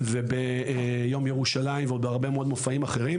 ביום ירושלים ובהרבה מאוד מופעים אחרים